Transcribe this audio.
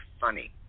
funny